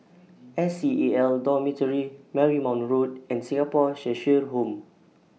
S C A L Dormitory Marymount Road and Singapore Cheshire Home